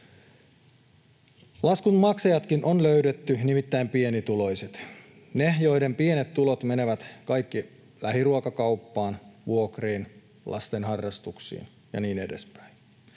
Laskun maksajatkin on löydetty, nimittäin pienituloiset, ne, joiden kaikki pienet tulot menevät lähiruokakauppaan, vuokriin, lasten harrastuksiin ja niin edespäin.